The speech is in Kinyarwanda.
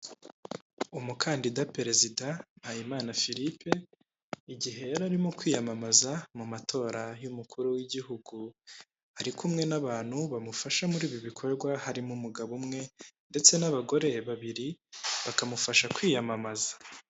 Umukandida perezida Mpayimana Firipe igihe yari arimo kwiyamamaza mu matora y'umukuru w'igihugu ari kumwe n'abantu bamufasha muri ibi bikorwa harimo umugabo umwe ndetse n'abagore babiri bakamufasha kwiyamamaza.